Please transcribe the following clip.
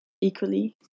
equally